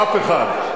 אף אחד.